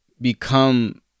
become